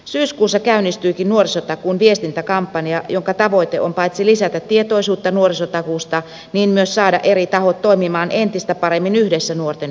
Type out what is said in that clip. syyskuussa käynnistyikin nuorisotakuun viestintäkampanja jonka tavoite on paitsi lisätä tietoisuutta nuorisotakuusta myös saada eri tahot toimimaan entistä paremmin yhdessä nuorten hyväksi